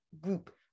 group